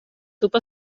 tub